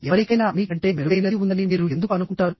ఎవరికైనా మీ కంటే మెరుగైనది ఉందని మీరు ఎందుకు అనుకుంటారు